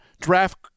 draft